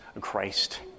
Christ